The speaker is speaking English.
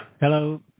Hello